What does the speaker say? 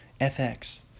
FX